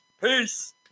Peace